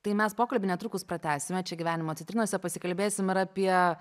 tai mes pokalbį netrukus pratęsime čia gyvenimo citrinose pasikalbėsim ir apie